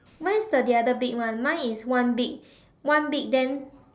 mine is the the other big one mine is one big one big then